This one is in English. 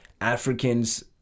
africans